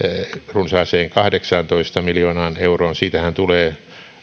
runsaaseen kahdeksaantoista miljoonaan euroon siitähän tulee